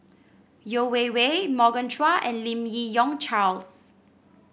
Yeo Wei Wei Morgan Chua and Lim Yi Yong Charles